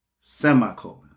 semicolon